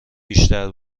بیشتر